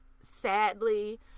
sadly